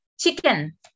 Chicken